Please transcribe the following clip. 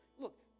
Look